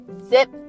Zip